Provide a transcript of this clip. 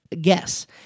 guess